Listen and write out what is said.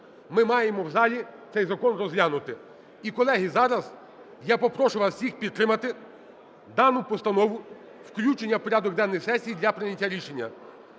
ми маємо в залі цей закон розглянути. І, колеги, зараз я попрошу вас всіх підтримати дану постанову включення у порядок денний сесії для прийняття рішення.